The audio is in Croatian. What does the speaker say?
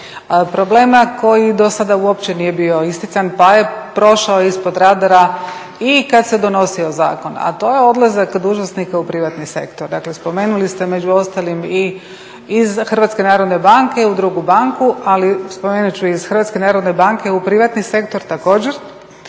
problema koji do sada uopće nije bio istican pa je prošao ispod rada i kada se donosio zakon, a to je odlazak dužnosnika u privatni sektor. Dakle spomenuli ste među ostalim iz Hrvatske narodne banke u drugu banku, ali spomenut ću iz Hrvatske narodne banke u privatni sektor također,